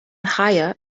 hire